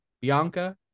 Bianca